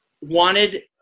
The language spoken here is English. wanted